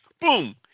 boom